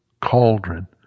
cauldron